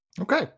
Okay